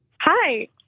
Hi